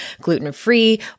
gluten-free